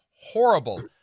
horrible